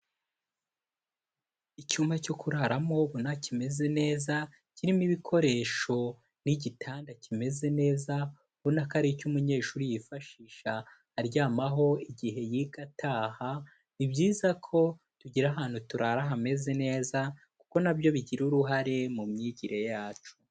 Icyumba cyo kuraramo ubona kimeze neza, kirimo ibikoresho n'igitanda kimeze neza, ubona ko ari icyo umunyeshuri yifashisha aryamaho igihe yiga ataha, ni byiza ko tugira ahantu turara hameze neza, kuko na byo bigira uruhare mu myigire yacu.